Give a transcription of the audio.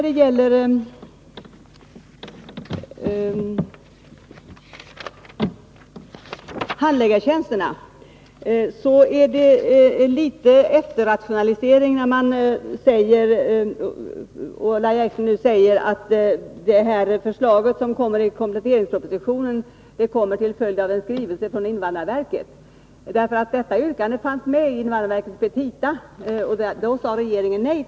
Beträffande handläggartjänsterna är det litet efterrationaliseringar när Lahja Exner nu säger att förslaget i kompletteringspropositionen kommer till följd av en skrivelse från invandrarverket. Det här yrkandet fanns nämligen med i invandrarverkets petita, men då sade regeringen nej.